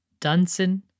Dunson